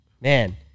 man